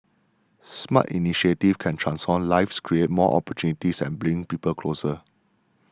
smart initiatives can transform lives create more opportunities and bring people closer